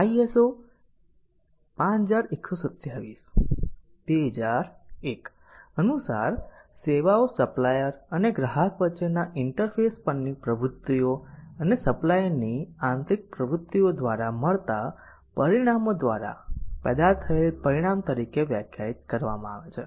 ISO 5127 2001 અનુસાર સેવાઓ supplier અને ગ્રાહક વચ્ચેના ઇન્ટરફેસ પરની પ્રવૃત્તિઓ અને સપ્લાયરની આંતરિક પ્રવૃત્તિઓ દ્વારા મળતા પરિણામો દ્વારા પેદા થયેલા પરિણામ તરીકે વ્યાખ્યાયિત કરવામાં આવે છે